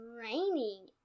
raining